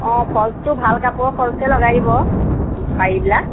অঁ ফল্ছটো ভাল কাপোৰৰ ফল্ছে লগাই দিব পাৰিবিলাক